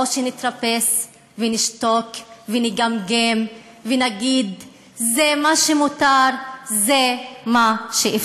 או שנתרפס ונשתוק ונגמגם ונגיד: זה מה שמותר,